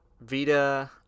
Vita